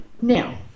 now